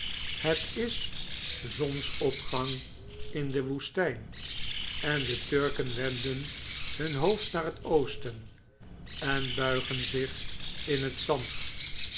het is zonsopgang in de woestijn en de turken wenden hun hoofd naar het oosten en buigen zich in het zand